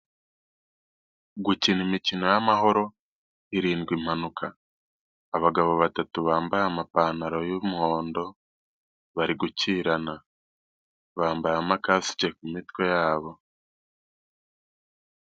Gukina imikino y'amahoro irinda impanuka, abagabo batatu bambaye amapantaro y'umuhondo bari gukirana bambaye ama kasike ku mitwe yabo.